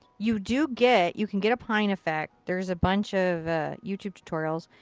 you do get you can get a pine effect. there's a bunch of youtube tutorials.